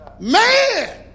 man